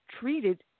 treated